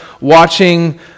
watching